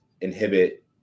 inhibit